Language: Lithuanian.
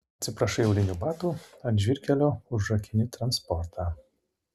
atsiprašai aulinių batų ant žvyrkelio užrakini transportą